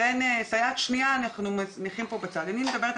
זה כבר שנים רבות שמדברים על